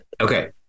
Okay